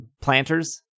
planters